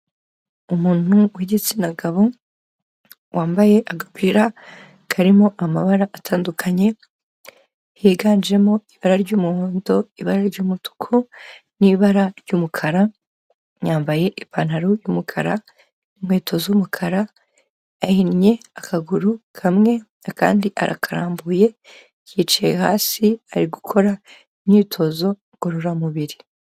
Umuntu w'igitsina gabo wambaye agapira karimo amabara atandukanye, higanjemo ibara ry'umuhondo, ibara ry'umutuku n'ibara ry'umukara, yambaye ipantaro y'umukara, inkweto z'umukara, yahinnye akaguru kamwe akandi arakarambuye, yicaye hasi ari gukora imyitozo ngororamubiri.